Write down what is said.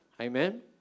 Amen